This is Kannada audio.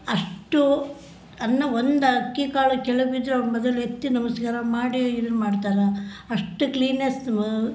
ಅಷ್ಟು ಅನ್ನ ಒಂದು ಅಕ್ಕಿಕಾಳು ಕೆಳಗೆ ಬಿದ್ರೂ ಅವ್ರು ಮೊದಲು ಎತ್ತಿ ನಮಸ್ಕಾರ ಮಾಡಿ ಇದನ್ನು ಮಾಡ್ತಾರೆ ಅಷ್ಟು ಕ್ಲೀನ್ನೆಸ್